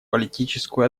политическую